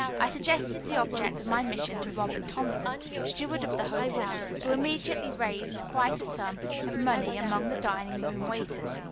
i suggested the object of my mission to robert thompson, steward of the hotel, who immediately raised quite a sum of money among the dining-room waiters.